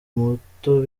bato